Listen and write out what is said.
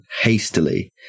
hastily